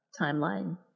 timeline